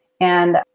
and-